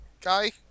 guy